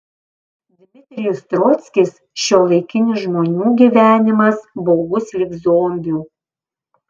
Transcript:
dmitrijus trockis šiuolaikinis žmonių gyvenimas baugus lyg zombių